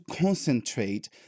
concentrate